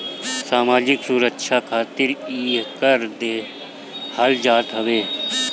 सामाजिक सुरक्षा खातिर इ कर देहल जात हवे